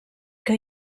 que